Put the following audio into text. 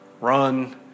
Run